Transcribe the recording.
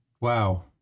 Wow